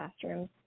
classrooms